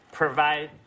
provide